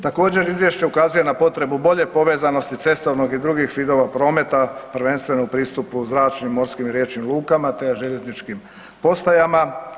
Također, Izvješće ukazuje na potrebu bolje povezanosti cestovnog i drugih vidova prometa, prvenstveno u pristupu zračnim, morskim i riječnim lukama te željezničkim postajama.